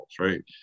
right